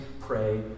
pray